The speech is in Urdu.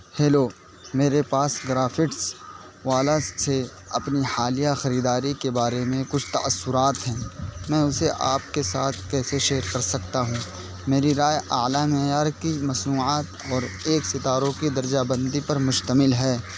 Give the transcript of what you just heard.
ہیلو میرے پاس کرافٹس والا سے اپنی حالیہ خریداری کے بارے میں کچھ تاثرات ہیں میں اسے آپ کے ساتھ کیسے شیئر کر سکتا ہوں میری رائے اعلی معیار کی مصنوعات اور ایک ستاروں کی درجہ بندی پر مشتمل ہے